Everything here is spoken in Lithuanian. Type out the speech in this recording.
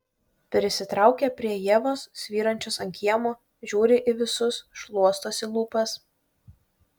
prisitraukia prie ievos svyrančios ant kiemo žiūri į visus šluostosi lūpas